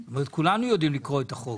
כולנו יודעים לקרוא את החוק.